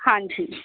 ਹਾਂਜੀ